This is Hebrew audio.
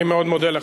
אני מאוד מודה לך.